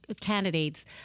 candidates